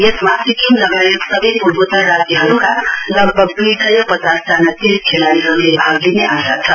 यसमा सिक्किम लगायत सवै पूर्वोत्तर राज्यहरुका लगभग दुइसय पचासजना चेस खेलाड़ीहरुले भाग लिने आशा छ